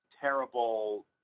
terrible